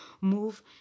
move